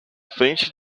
frente